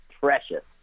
precious